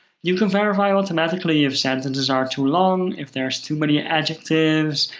you can verify automatically if sentences are too long, if there's too many adjectives,